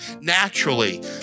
naturally